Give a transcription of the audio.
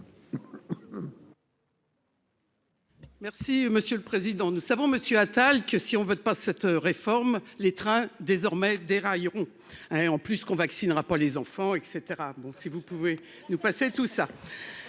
Merci monsieur le président. Nous savons, monsieur Attal, que si on ne veut pas cette réforme les trains désormais déraille rond et en plus qu'on vaccinera pas les enfants et caetera, bon si vous pouvez nous passer tout ça.